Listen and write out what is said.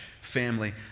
family